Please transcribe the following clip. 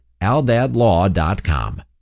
AldadLaw.com